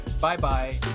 Bye-bye